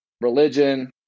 religion